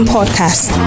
Podcast